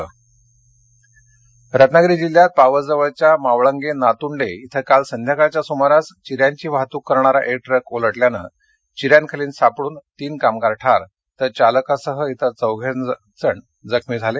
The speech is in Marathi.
अपघात रत्नागिरी रत्नागिरी जिल्ह्यात पावसजवळच्या मावळंगे नातूंडे इथं काल संध्याकाळच्या सुमारास विऱ्यांची वाहतूक करणारा एक ट्रक उलटल्यानं चि ्यांखाली सापडून तीन कामगार ठार तर चालकासह इतर चौधेजण जखमी झाले